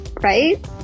right